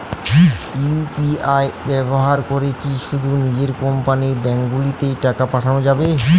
UPI ব্যবহার করে কি শুধু নিজের কোম্পানীর ব্যাংকগুলিতেই টাকা পাঠানো যাবে?